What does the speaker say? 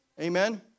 Amen